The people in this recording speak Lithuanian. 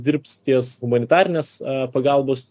dirbs ties humanitarinės pagalbos